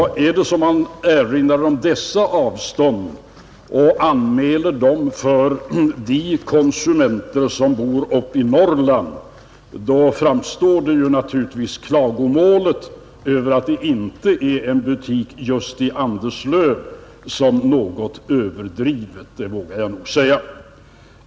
Nämner man dessa avstånd för de konsumenter som bor i Norrland, så framstår klagomålet över att det inte finns en butik just i Anderslöv som något överdrivet. Det får jag nog säga.